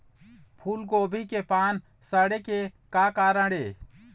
फूलगोभी के पान सड़े के का कारण ये?